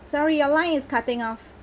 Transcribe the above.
sorry your line is cutting off